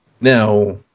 Now